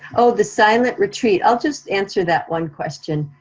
oh, the silent retreat, i'll just answer that one question.